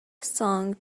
song